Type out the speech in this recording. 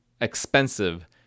expensive